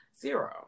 Zero